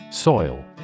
Soil